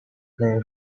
pay